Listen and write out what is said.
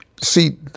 see